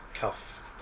cuff